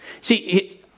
See